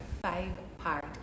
five-part